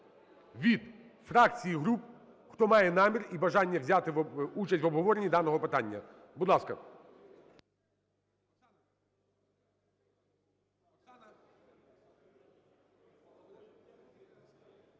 від фракцій і груп, хто має намір і бажання взяти участь в обговоренні даного питання. Будь ласка.